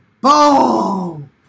Boom